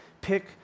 pick